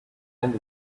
end